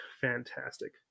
fantastic